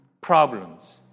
problems